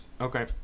Okay